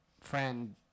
friend